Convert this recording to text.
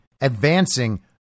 advancing